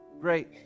great